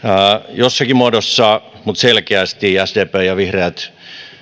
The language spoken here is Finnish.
jossakin muodossa mutta selkeästi sdp ja vihreät